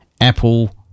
Apple